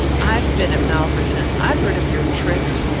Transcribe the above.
i've been at malverton. i've heard of your tricks.